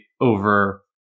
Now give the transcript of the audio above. over